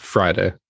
Friday